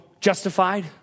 justified